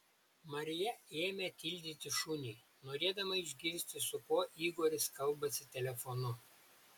marija ėmė tildyti šunį norėdama išgirsti su kuo igoris kalbasi telefonu